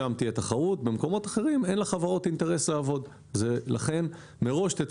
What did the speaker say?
שם תהיה תחרות אבל במקומות אחרים אין לחברות אינטרס לעבוד ולכן צא